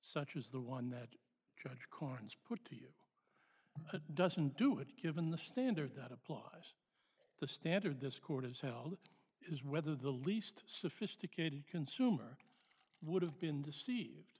such as the one that judge corns put doesn't do it given the standard that applies the standard this court has held is whether the least sophisticated consumer would have been deceived